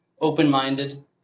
open-minded